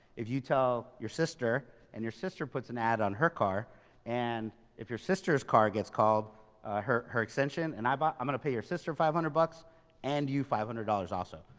if you tell your sister and your sister puts an ad on her car and if your sister's car gets called her, her extension, and but i'm going to pay your sister five hundred bucks and you five hundred dollars also.